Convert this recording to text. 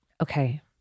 Okay